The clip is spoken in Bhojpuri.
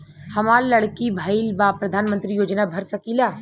हमार लड़की भईल बा प्रधानमंत्री योजना भर सकीला?